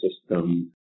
system